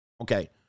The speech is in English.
Okay